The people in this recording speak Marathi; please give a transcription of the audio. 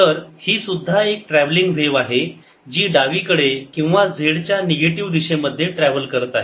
तर ही सुद्धा एक ट्रॅव्हलिंग व्हेव आहे जी डावीकडे किंवा z च्या निगेटिव्ह दिशे मध्ये ट्रॅव्हल करत आहे